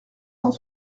cent